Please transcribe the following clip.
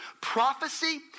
Prophecy